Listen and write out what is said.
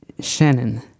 Shannon